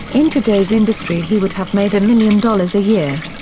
in today's industry he would have made a million dollars a year.